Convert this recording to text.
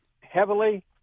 heavily